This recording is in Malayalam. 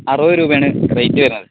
അറുപത് രൂപയാണ് റേറ്റ് വരുന്നത്